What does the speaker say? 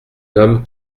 homme